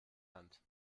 hand